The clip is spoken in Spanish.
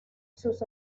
sus